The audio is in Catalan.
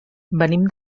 venim